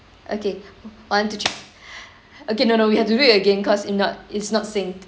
okay one two three again no no we have to do it again cause if not it's not synced